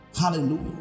hallelujah